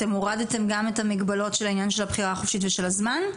אתם הורדתם גם את המגבלות של העניין של הבחירה החופשית ושל הזמן?